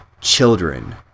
children